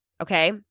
okay